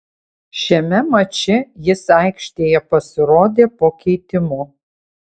šiame mače jis aikštėje pasirodė po keitimo